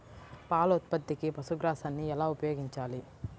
పాల ఉత్పత్తికి పశుగ్రాసాన్ని ఎలా ఉపయోగించాలి?